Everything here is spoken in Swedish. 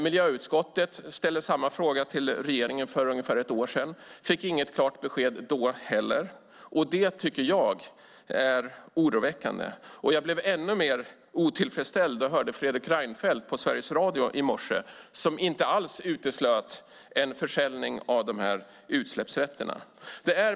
Miljöutskottet ställde samma fråga till regeringen för ungefär ett år sedan och fick heller inget klart besked. Det tycker jag är oroväckande. Och jag blev ännu mer otillfredsställd när jag i Sveriges Radio i morse hörde Fredrik Reinfeldt som inte alls uteslöt en försäljning av utsläppsrätterna.